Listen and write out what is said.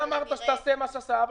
חבר הכנסת סמוטריץ',